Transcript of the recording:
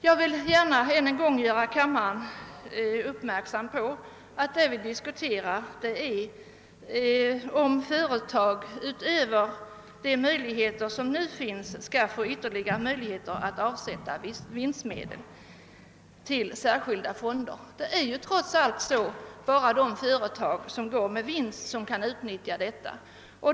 Jag vill ännu en gång fästa kammarens uppmärksamhet på att det vi diskuterar är huruvida företag utöver de möjligheter som nu finns skall få ytterligare möjligheter att avsätta vinstmedel till särskilda fonder. Trots allt är det bara de företag som går med vinst vilka skulle kunna utnyttja detta.